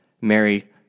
Mary